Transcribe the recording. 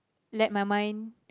let my mind